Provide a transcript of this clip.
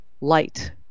light